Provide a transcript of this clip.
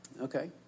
Okay